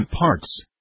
parts